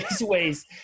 ways